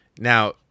now